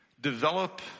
develop